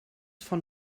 von